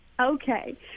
Okay